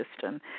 system